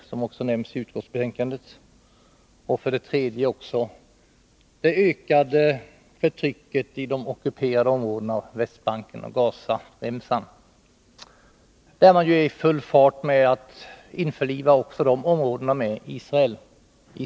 3. Det ökade förtrycket i de ockuperade områdena av Västbanken och Gazaremsan, där man, i strid med alla konventioner och bestämmelser, är i full fart med att införliva också dessa områden med Israel.